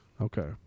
Okay